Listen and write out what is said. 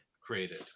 created